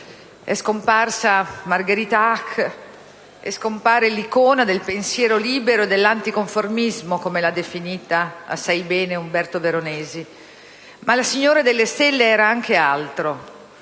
è scomparsa Margherita Hack e scompare l'icona del pensiero libero e dell'anticonformismo, come l'ha definita assai bene Umberto Veronesi. Ma la signora delle stelle era anche altro: